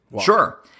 Sure